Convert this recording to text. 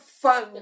fun